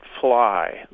fly